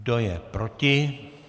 Kdo je proti?